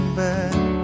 back